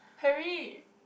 hurry